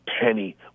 penny